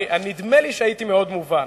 חבר הכנסת כבל, נדמה לי שהייתי מאוד מובן.